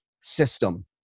system